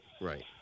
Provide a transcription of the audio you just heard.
Right